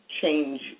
change